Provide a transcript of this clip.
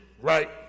right